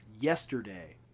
yesterday